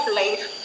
life